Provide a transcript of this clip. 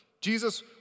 Jesus